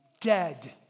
dead